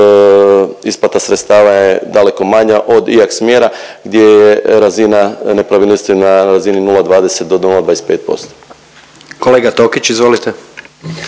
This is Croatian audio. isplata sredstava je daleko manja od IAK smjera gdje je razina nepravilnosti na razini 0,20-0,25%. **Jandroković, Gordan